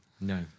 No